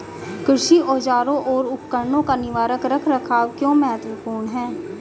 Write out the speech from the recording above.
कृषि औजारों और उपकरणों का निवारक रख रखाव क्यों महत्वपूर्ण है?